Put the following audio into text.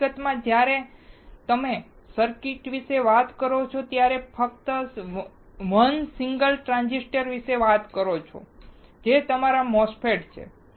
હકીકતમાં જ્યારે તમે સર્કિટ્સ વિશે વાત કરો છો ત્યારે ફક્ત 1 સિંગલ ટ્રાંઝિસ્ટર વિશે વાત કરો છો જે તમારા MOSFET છે